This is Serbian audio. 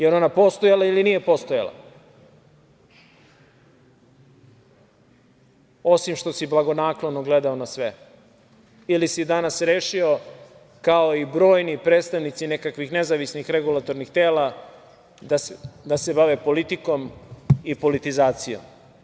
Da li je ona postojala ili nije postojala, osim što si blagonaklono gledao na sve ili si danas rešio, kao i brojni predstavnici nekakvih nezavisnih regulatornih tela da se bave politikom i politizacijom?